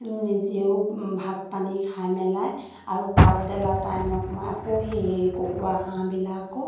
নিজেও ভাত পানী খাই মেলাই আৰু পাছবেলা টাইমত মই আকৌ সেই কুকুৰা হাঁহবিলাকক